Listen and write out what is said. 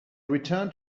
returned